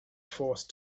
forced